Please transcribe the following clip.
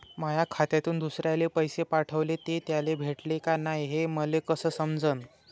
माया खात्यातून दुसऱ्याले पैसे पाठवले, ते त्याले भेटले का नाय हे मले कस समजन?